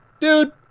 Dude